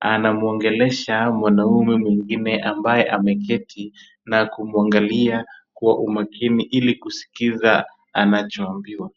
anamuongelesha mwanaume mwingine ambaye ameketi na kumwangalia kwa umakini, ili kusikiza anachoambiwa.